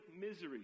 misery